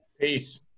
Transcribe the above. Peace